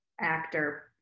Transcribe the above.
actor